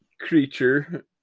Creature